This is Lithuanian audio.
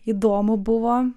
įdomu buvo